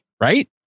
Right